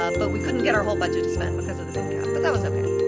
ah but we couldn't get our whole budget to spend because of the bid cap, but that was okay.